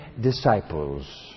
disciples